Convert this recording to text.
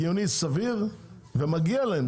מגיע להם.